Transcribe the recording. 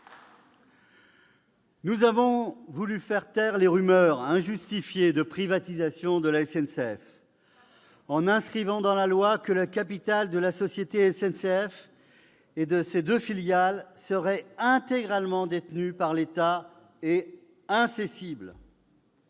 Nous avons voulu faire taire les rumeurs injustifiées de privatisation de la SNCF, en inscrivant dans la loi que le capital de la société SNCF et de ses deux filiales serait intégralement détenu par l'État et incessible.